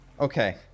Okay